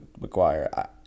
McGuire